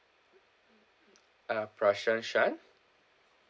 uh prashan shan